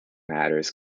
matters